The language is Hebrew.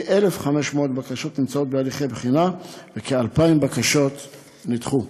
כ-1,500 בקשות נמצאות בהליכי בחינה וכ-2,000 בקשות נדחו.